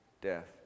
death